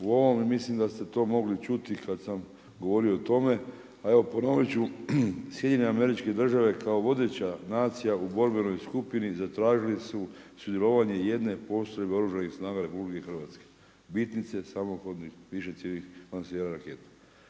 u ovom. I mislim da ste to mogli čuti kad sam govorio o tome, a evo ponovit ću Sjedinjene Američke Države kao vodeća nacija u borbenoj skupini zatražili su sudjelovanje jedne postrojbe Oružanih snaga Republike Hrvatske bitnice samohodnih višecjevnih lansera raketa.